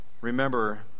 remember